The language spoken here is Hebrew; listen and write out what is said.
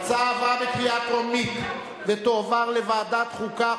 ההצעה עברה בקריאה טרומית ותועבר לוועדת החוקה,